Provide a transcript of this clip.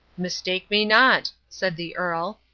mistake me not, said the earl,